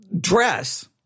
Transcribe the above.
dress